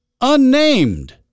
unnamed